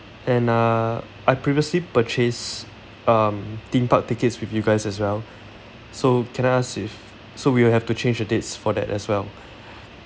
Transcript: and uh I previously purchased um theme park tickets with you guys as well so can I ask if so we will have to change the dates for that as well